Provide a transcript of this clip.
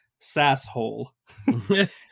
Sasshole